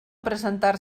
presentar